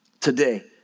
today